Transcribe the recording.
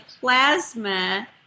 plasma